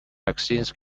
vaccines